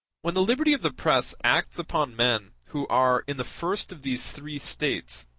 when the liberty of the press acts upon men who are in the first of these three states,